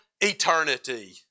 eternity